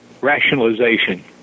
rationalization